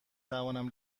توانم